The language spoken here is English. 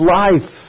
life